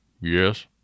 Yes